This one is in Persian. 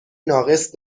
ناقص